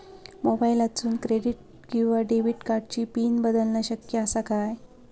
मोबाईलातसून क्रेडिट किवा डेबिट कार्डची पिन बदलना शक्य आसा काय?